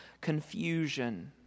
confusion